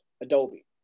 Adobe